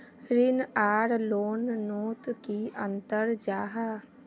ऋण आर लोन नोत की अंतर जाहा?